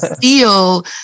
feel